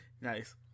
Nice